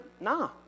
Nah